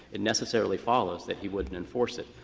it necessarily follows that he wouldn't enforce it.